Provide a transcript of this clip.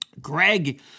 Greg